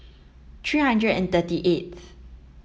three hundred and thirty eighth